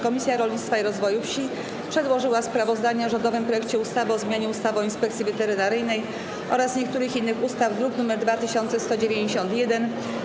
Komisja Rolnictwa i Rozwoju Wsi przedłożyła sprawozdanie o rządowym projekcie ustawy o zmianie ustawy o Inspekcji Weterynaryjnej oraz niektórych innych ustaw, druk nr 2191.